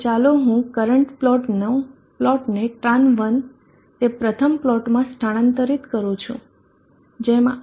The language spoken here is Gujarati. હવે ચાલો હું કરંટ પ્લોટને Tran one તે પ્રથમ પ્લોટ માં સ્થાનાંતરિત કરું છું જેમાં Rs 0